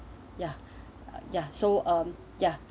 ya ya so uh ya